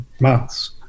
months